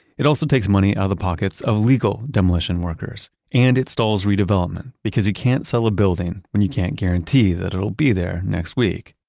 it also takes money out of the pockets of legal demolition workers, and it stalls redevelopment because you can't sell a building when you can't guarantee that it'll be there next week.